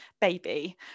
baby